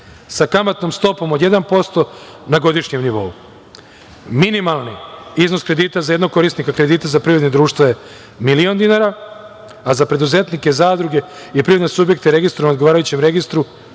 sa kamatnom stopom o 1% na godišnjem nivou. Minimalni iznos kredita za jednog korisnika kredita za privredna društva je milion dinara, a za preduzetnike, zadruge i privredne subjekte je registrovano u odgovarajućem registru